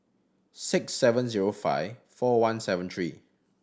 six seven zero five four one seven three